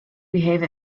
behave